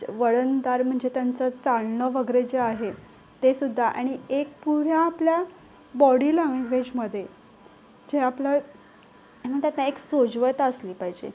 वळणदार म्हणजे त्यांचं चालणं वगैरे जे आहे तेसुद्धा आणि एक पुऱ्या आपल्या बॉडीला वेस्टमध्ये जे आपलं म्हणतात ना एक सोज्वळता असली पाहिजे